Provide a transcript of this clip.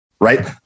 right